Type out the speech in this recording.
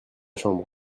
chambre